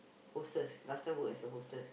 hostess last time work as a hostess